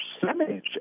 percentage